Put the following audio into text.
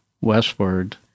westward